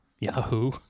Yahoo